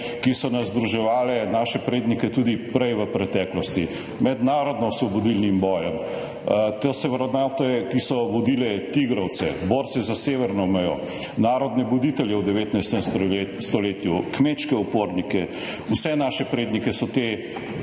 ki so združevale naše prednike tudi prej, v preteklosti, med narodnoosvobodilnim bojem. To so vrednote, ki so vodile tigrovce, borce za severno mejo, narodne buditelje v 19. stoletju, kmečke upornike. Vse naše prednike so te